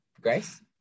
Grace